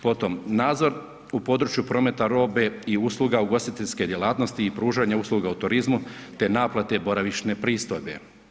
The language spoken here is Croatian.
Potom, nadzor u području prometa robe i usluga ugostiteljske djelatnosti i pružanje usluga u turizmu te naplate boravišne pristojbe.